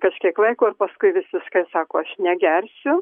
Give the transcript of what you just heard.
kažkiek laiko ir paskui visiškai sako aš negersiu